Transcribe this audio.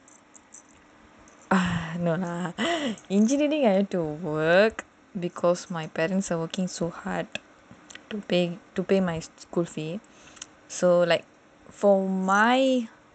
engineering I don't work because my parents are working so hard to pay to pay my school fee so like for my